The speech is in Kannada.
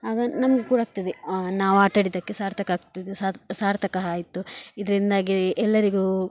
ಆಗ ನಮಗೆ ಕೂಡ ಆಗ್ತದೆ ನಾವಾಟಾಡಿದ್ದಕ್ಕೆ ಸಾರ್ಥಕ ಆಗ್ತದೆ ಸಾರ್ಥಕ ಆಯ್ತು ಇದರಿಂದಾಗಿ ಎಲ್ಲರಿಗೂ